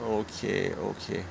okay okay